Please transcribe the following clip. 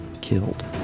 killed